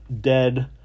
dead